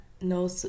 no